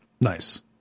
Nice